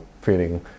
feeling